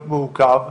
מעוכב,